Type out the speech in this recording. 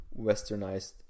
westernized